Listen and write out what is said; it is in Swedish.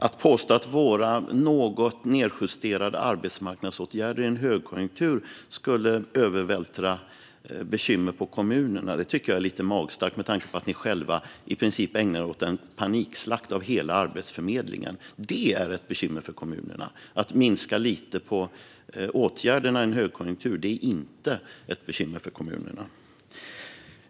Att påstå att våra något nedjusterade arbetsmarknadsåtgärder i en högkonjunktur skulle övervältra bekymmer på kommunerna tycker jag är lite magstarkt med tanke på att ni själva i princip ägnar er åt panikslakt av hela Arbetsförmedlingen. Det är ett bekymmer för kommunerna. Att minska lite på åtgärderna i en högkonjunktur är inte ett bekymmer för kommunerna.